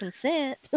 consent